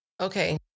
okay